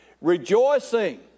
rejoicing